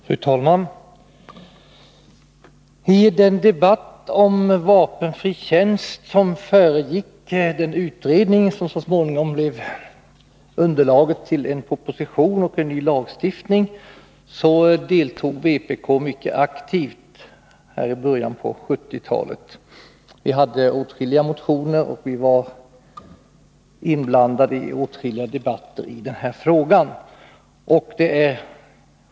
Fru talman! I den debatt om vapenfri tjänst som föregick den utredning som så småningom blev underlag för en proposition och en ny lagstiftning deltog vpk mycket aktivt i början av 1970-talet. Vi väckte åtskilliga motioner, och vi var inblandade i flera debatter i denna fråga.